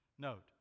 Note